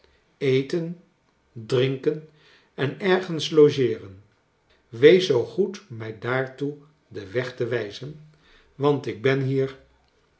eten drinken en ergens logeeren wees zoo goed mij daartoe den weg te wijzen want ik ben hier